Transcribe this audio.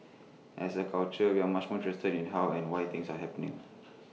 as A culture we are much more interested in how and why things are happening